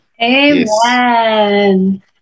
Amen